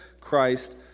Christ